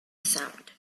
sound